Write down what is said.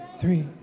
three